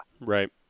Right